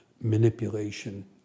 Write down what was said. manipulation